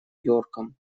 йорком